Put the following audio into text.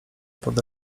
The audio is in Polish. pod